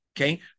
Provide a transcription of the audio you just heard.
Okay